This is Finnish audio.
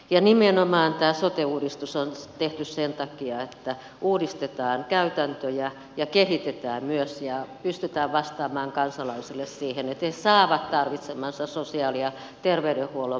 ja nimenomaan tämä sote uudistus on tehty sen takia että uudistetaan käytäntöjä ja kehitetään myös ja pystytään vastaamaan kansalaisille siihen että he saavat tarvitsemansa sosiaali ja terveydenhuollon palvelut